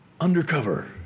undercover